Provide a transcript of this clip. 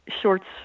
shorts